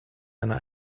einer